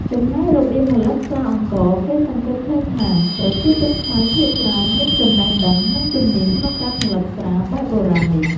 ចំណែករបៀបផលិតស្រាអង្ករ គេសង្កេតឃើញថា ប្រជាជនខ្មែរភាគច្រើន មានចំណេះដឹង និងជំនាញក្នុងការផលិតស្រាបែបបុរាណនេះ។